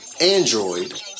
Android